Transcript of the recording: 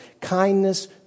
kindness